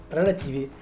relativi